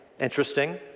interesting